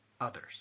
others